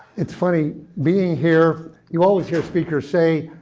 it's funny. being here, you always hear speakers say,